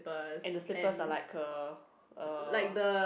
and the slippers are like uh uh